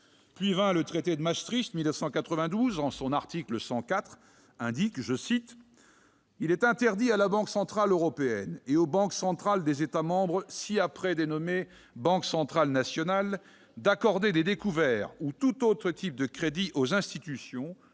Puis vint le traité de Maastricht, en 1992. Aux termes de son article 104, « il est interdit à la Banque centrale européenne et aux banques centrales des États membres, ci-après dénommées " banques centrales nationales ", d'accorder des découverts ou tout autre type de crédit aux institutions